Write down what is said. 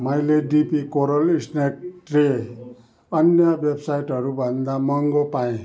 मैले डिपी कोरल सन्याक ट्रे अन्य वेबसाइटहरूमा भन्दा महँगो पाएँ